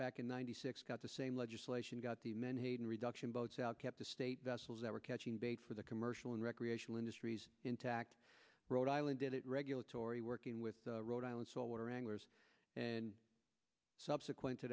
back in ninety six got the same legislation got the menhaden reduction boats out kept the state vessels that were catching bait for the commercial and recreational industries intact rhode island did it regulatory working with the rhode island solar anglers and subsequent to